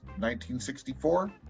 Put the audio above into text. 1964